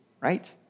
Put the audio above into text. right